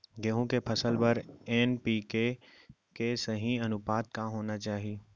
गेहूँ के फसल बर एन.पी.के के सही अनुपात का होना चाही?